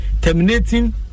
terminating